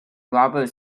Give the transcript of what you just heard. robert